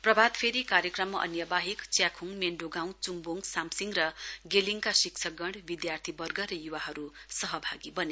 प्रभागफेरी कार्यक्रममा अन्यवाहेक च्याखुङ मेन्डोगाँउ चुम्बोङ साम्सिङ र गेलिङका शिक्षकगण विद्यार्थीवर्ग र युवाहरू सहभागी बने